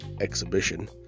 exhibition